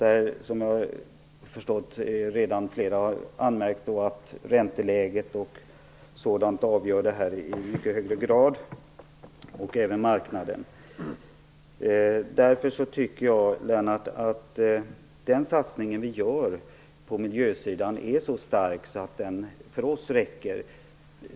Flera har redan anmärkt att ränteläget och marknaden avgör det här i mycket högre grad. Därför tycker jag, Lennart Nilsson, att den satsning vi gör på miljösidan är så stark att den räcker.